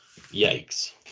yikes